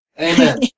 Amen